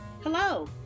Hello